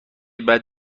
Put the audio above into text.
بعد